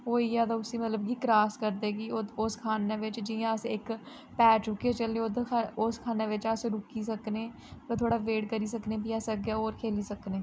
ओह् होई गेआ ते उसी मतलब क्रास करदे कि ओस खान्नें बिच्च जियां अस इक पैर चुक्कियै चलने ओस खान्नें बिच्च अस रुकी सकने मतलब थोह्ड़ा वेट करी सकने फ्ही अस अग्गें होर खेली सकने